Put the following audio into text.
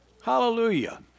Hallelujah